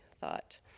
thought